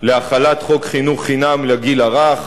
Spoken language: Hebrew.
להחלת חוק חינוך חינם לגיל הרך.